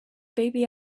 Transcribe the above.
baby